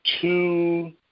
two